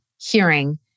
Hearing